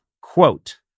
Quote